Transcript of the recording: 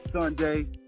Sunday